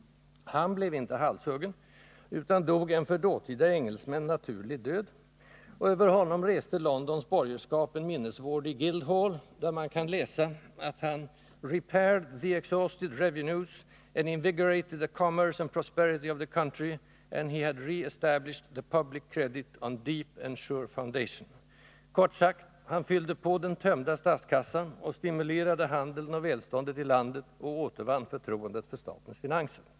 Han blev inte halshuggen utan dog en för dåtida engelsmän naturlig död, och över honom reste Londons borgerskap en minnesvård i Guildhall, där man kan läsa att han ”repaired the exhausted revenues and invigorated the commerce and prosperity of the country and he had re-established the public credit on deep and sure foundation”. Kort sagt: Han fyllde på den tömda statskassan och stimulerade handeln och välståndet i landet och återvann förtroendet för statens finanser.